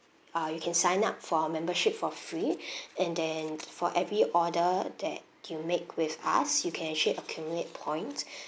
ah you can sign up for our membership for free and then for every order that do you make with us you can actually accumulate points